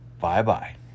Bye-bye